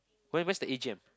when when's the A_G_M